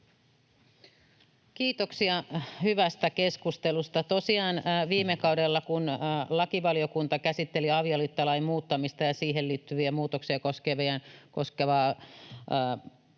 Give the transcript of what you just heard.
Kiitoksia hyvästä keskustelusta. Tosiaan viime kaudella, kun lakivaliokunta käsitteli avioliittolain muuttamista ja siihen liittyvää avioliiton